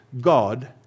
God